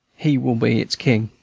he will be its king.